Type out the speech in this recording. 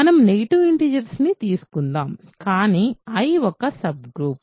మనం negative integers ని తీసుకుందాం కానీ I ఒక సబ్ గ్రూప్